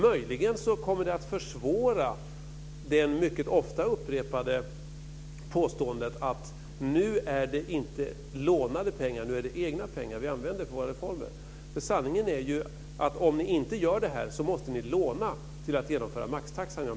Möjligen kommer det att försvåra det mycket ofta upprepade påståendet att nu är det inte lånade pengar utan egna pengar som vi använder för våra reformer. Sanningen är ju att om ni inte gör det här måste ni låna för att genomföra maxtaxan, Jan